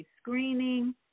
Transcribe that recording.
screening